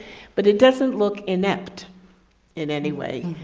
but it doesn't look inept in any way.